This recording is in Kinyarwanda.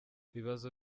bibazo